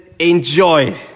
Enjoy